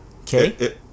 okay